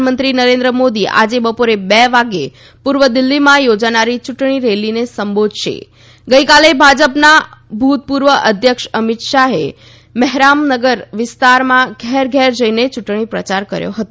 પ્રધાનમંત્રી નરેન્દ્ર મોદી આજે બપોરે બે વાગ્યે પૂર્વ દિલ્હીમાં યોજાનારી યૂંટણી રેલીને સંબોધશે ગઇકાલે ભાજપના ભૂતપૂર્વ અધ્યક્ષ અમિત શાહે મેહરામનગર વિસ્તારમાં ઘેરઘેર જઇને યૂંટણી પ્રચાર કર્યો હતો